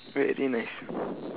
very nice